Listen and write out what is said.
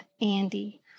Andy